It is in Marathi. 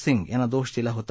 सिंग यांना दोष दिला होता